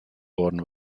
worden